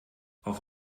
auf